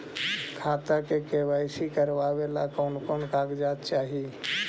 खाता के के.वाई.सी करावेला कौन कौन कागजात चाही?